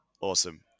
Awesome